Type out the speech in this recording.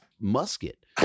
musket